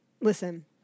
Listen